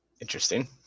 Interesting